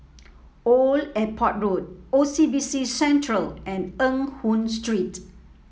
Old Airport Road O C B C Centre and Eng Hoon Street